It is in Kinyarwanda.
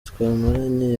twamaranye